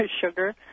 sugar